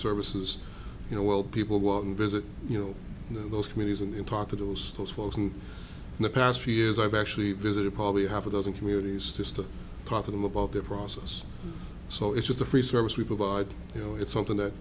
services you know well people go out and visit you know those committees and talk to those those folks and in the past few years i've actually visited probably half a dozen communities just talk to them about their process so it's just a free service we provide you know it's something that